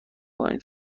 پایین